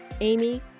Amy